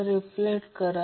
3 इतका आहे